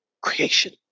creation